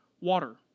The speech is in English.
water